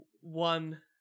one